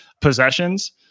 possessions